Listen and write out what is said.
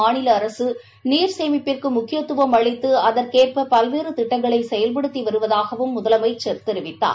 மாநில அரசு நீர் சேமிப்பிற்கு முக்கியத்துவம் அளித்து அதற்கேற்ப பல்வேறு திட்டங்கள் செயல்படுத்தி வருவதாகவும் முதலமைச்சர் தெரிவித்தார்